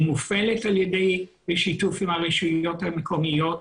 היא מופעלת על ידי שיתוף עם הרשויות המקומיות,